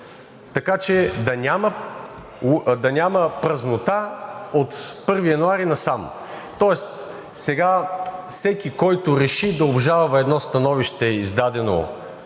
така че да няма празнота от 1 януари насам. Тоест сега всеки, който реши да обжалва едно становище, издадено